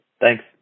Thanks